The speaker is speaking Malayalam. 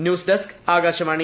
ന്യൂസ്ഡെസ്ക് ആകാശവാണി